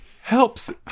helps